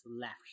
left